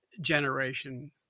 generation